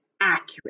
accurate